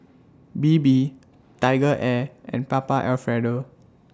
Bebe TigerAir and Papa Alfredo